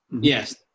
yes